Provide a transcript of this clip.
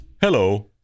Hello